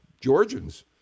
Georgians